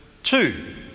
Two